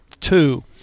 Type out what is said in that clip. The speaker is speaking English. two